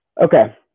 Okay